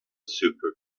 super